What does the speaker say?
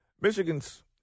Michigan's